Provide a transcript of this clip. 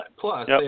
Plus